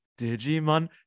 Digimon